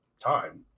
time